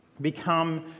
become